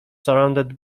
surrounded